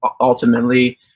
Ultimately